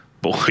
Boy